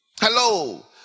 hello